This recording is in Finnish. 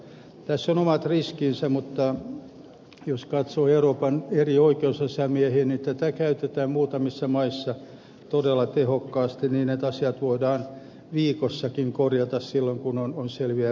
tässä on omat riskinsä mutta jos katsoo euroopan eri oikeusasiamiehiä niin tätä käytetään muutamissa maissa todella tehokkaasti niin että asiat voidaan viikossakin korjata silloin kun on selviä virheitä